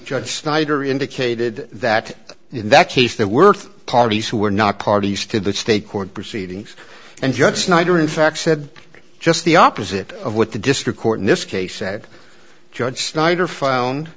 judge snyder indicated that in that case the worth parties who were not parties to that state court proceedings and judge snyder in fact said just the opposite of what the district court in this case said judge snyder found